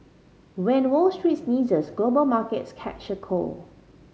when Wall Street sneezes global markets catch a cold